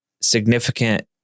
significant